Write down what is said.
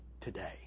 today